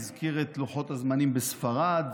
הוא הזכיר את לוחות הזמנים בספרד.